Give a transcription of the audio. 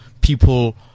people